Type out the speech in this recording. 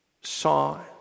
saw